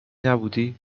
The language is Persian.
نبودی